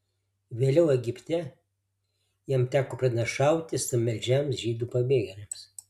vėliau egipte jam teko pranašauti stabmeldžiams žydų pabėgėliams